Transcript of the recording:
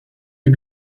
der